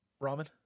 ramen